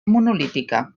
monolítica